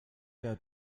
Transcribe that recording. der